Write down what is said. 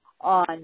on